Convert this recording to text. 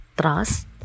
trust